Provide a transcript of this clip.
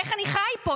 איך אני חי פה?